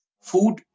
food